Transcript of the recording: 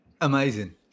amazing